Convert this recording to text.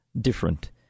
different